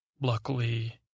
luckily